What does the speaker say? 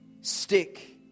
stick